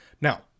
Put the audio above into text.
Now